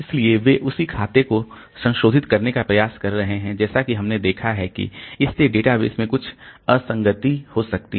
इसलिए वे उसी खाते को संशोधित करने का प्रयास कर रहे हैं और जैसा कि हमने देखा है कि इससे डेटाबेस में कुछ असंगति हो सकती है